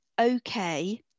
okay